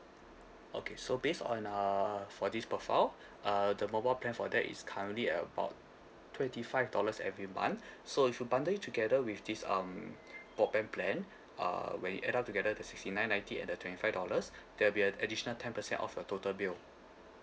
okay so based on uh for this profile uh the mobile plan for that is currently at about twenty five dollars every month so if you bundle it together with this um broadband plan uh when it add up together the sixty nine ninety and the twenty five dollars there'll be an additional ten percent off your total bill